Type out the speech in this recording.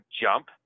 jump